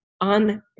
on